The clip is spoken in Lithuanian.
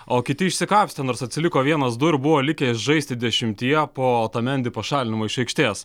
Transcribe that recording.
o kiti išsikapstė nors atsiliko vienas du ir buvo likę žaisti dešimtyje po otamendi pašalinimo iš aikštės